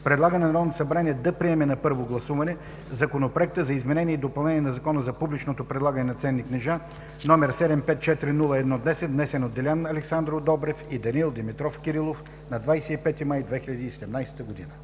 предлага на Народното събрание да приеме на първо гласуване Законопроект за изменение и допълнение на Закона за публичното предлагане на ценни книжа, № 754-01-10, внесен от Делян Александров Добрев и Данаил Димитров Кирилов на 25 май 2017 г.“